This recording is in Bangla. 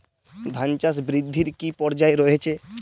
ধান চাষ বৃদ্ধির কী কী পর্যায় রয়েছে?